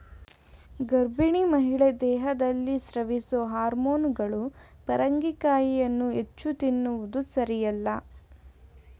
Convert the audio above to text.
ಗರ್ಭಿಣಿ ಮಹಿಳೆ ದೇಹದಲ್ಲಿ ಸ್ರವಿಸೊ ಹಾರ್ಮೋನುಗಳು ಪರಂಗಿಕಾಯಿಯ ಹೆಚ್ಚು ತಿನ್ನುವುದು ಸಾರಿಯಲ್ಲ